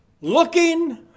looking